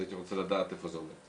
אז הייתי רוצה לדעת איפה זה עומד.